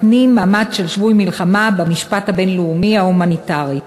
מעמד של שבוי מלחמה במשפט הבין-לאומי ההומניטרי.